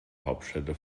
hauptstädte